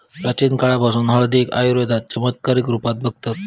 प्राचीन काळापासना हळदीक आयुर्वेदात चमत्कारीक रुपात बघतत